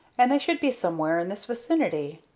and they should be somewhere in this vicinity.